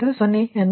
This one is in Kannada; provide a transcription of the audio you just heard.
98305 ಕೋನ ಮೈನಸ್ 1